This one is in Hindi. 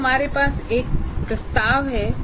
यहाँ हमारे पास एक प्रस्ताव है